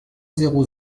zéro